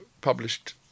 published